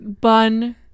bun